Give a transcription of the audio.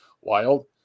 wild